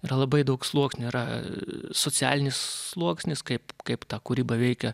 yra labai daug sluoksnių yra socialinis sluoksnis kaip kaip ta kūryba veikia